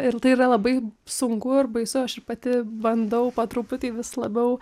ir tai yra labai sunku ar baisu aš ir pati bandau po truputį vis labiau